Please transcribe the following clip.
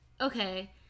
Okay